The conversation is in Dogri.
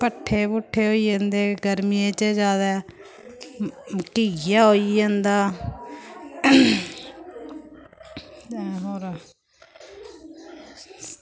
भट्ठे भुट्ठे होई जंदे न गरमियें च जादै घिया होई जंदा ते और